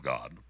God